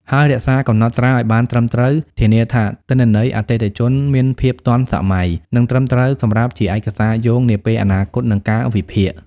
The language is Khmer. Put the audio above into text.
ហើយរក្សាកំណត់ត្រាឱ្យបានត្រឹមត្រូវ ធានាថាទិន្នន័យអតិថិជនមានភាពទាន់សម័យ និងត្រឹមត្រូវសម្រាប់ជាឯកសារយោងនាពេលអនាគត និងការវិភាគ។